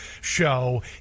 show